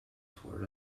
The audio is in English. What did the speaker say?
toured